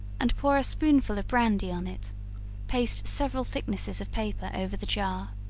and pour a spoonful of brandy on it paste several thicknesses of paper over the jar.